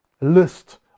list